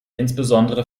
insbesondere